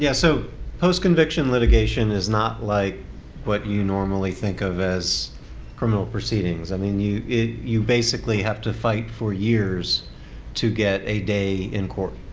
yeah so post-conviction litigation is not like what you normally think of as criminal proceedings. i mean, you you basically have to fight for years to get a day in court.